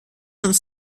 uns